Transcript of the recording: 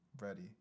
ready